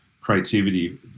creativity